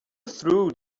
through